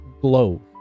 glow